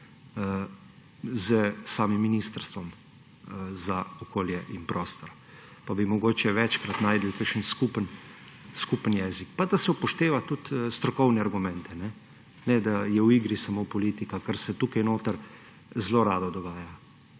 s samim Ministrstvom za okolje in prostor, pa bi mogoče večkrat našli kašen skupen jezik. Pa da se upošteva tudi strokovne argumente, ne, da je v igri samo politika, kar se tukaj notri zelo rado dogaja.